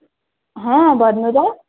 हँ भन्नु त